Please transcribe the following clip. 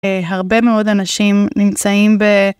הרבה מאוד אנשים נמצאים ב...